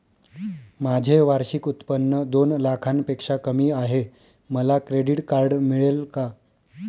माझे वार्षिक उत्त्पन्न दोन लाखांपेक्षा कमी आहे, मला क्रेडिट कार्ड मिळेल का?